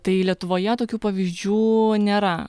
tai lietuvoje tokių pavyzdžių nėra